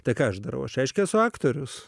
tai ką aš darau aš reiškia esu aktorius